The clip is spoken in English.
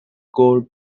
core